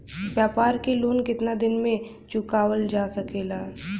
व्यापार के लोन कितना दिन मे चुकावल जा सकेला?